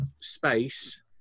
space